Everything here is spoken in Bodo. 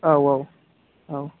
औ औ औ